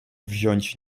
wziąć